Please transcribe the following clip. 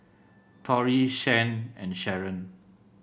Torie Shan and Sheron